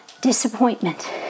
disappointment